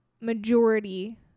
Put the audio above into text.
majority